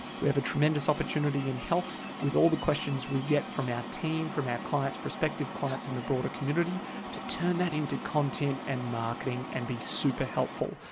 we have a tremendous opportunity in health with all the questions we get from our team, from our clients, prospective clients in the broader community to turn that into content and marketing and be super helpful.